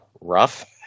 rough